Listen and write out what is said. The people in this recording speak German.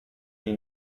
die